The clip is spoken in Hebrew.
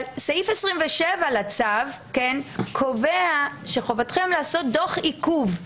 סעיף 27 לצו קובע שחובתכם לעשות דוח עיכוב.